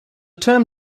term